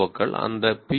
ஓக்கள் அந்த பி